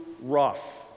rough